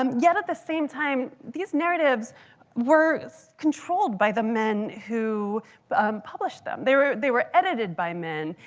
um yet at the same time, these narratives were controlled by the men who published them. they were they were edited by men.